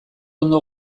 ondo